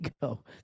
go